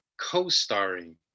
co-starring